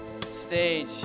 stage